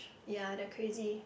ya they're crazy